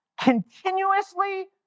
continuously